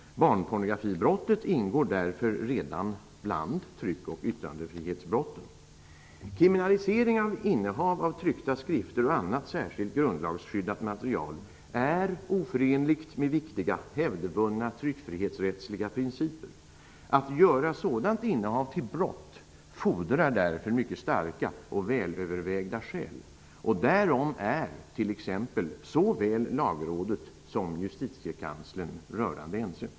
Barnpornografibrottet ingår därför redan bland tryck och yttrandefrihetsbrotten. Kriminalisering av innehav av tryckta skrifter och annat särskilt grundlagsskyddat material är oförenligt med viktiga hävdvunna tryckfrihetsrättsliga principer. Att göra sådant innehav till brott fordrar därför mycket starka och välövervägda skäl. Därom är t.ex. såväl Lagrådet som Justitiekanslern rörande ense.